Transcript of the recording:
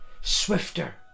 swifter